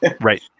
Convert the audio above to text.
right